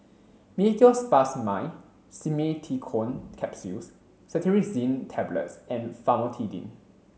Meteospasmyl Simeticone Capsules Cetirizine Tablets and Famotidine